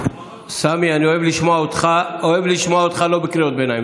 סמי, אני אוהב לשמוע אותך לא בקריאות ביניים.